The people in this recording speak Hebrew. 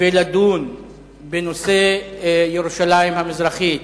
ולדון בנושא ירושלים המזרחית,